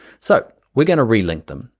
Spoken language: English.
so, we're gonna relink them,